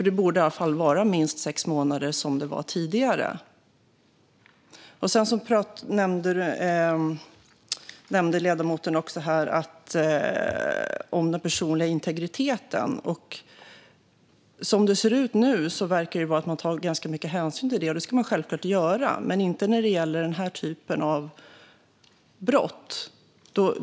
Det borde i varje fall vara minst sex månader som det var tidigare. Ledamoten nämnde också den personliga integriteten. Som det ser ut nu verkar man ta ganska mycket hänsyn till det. Det ska man självklart göra. Men inte när det gäller den här typen av brott.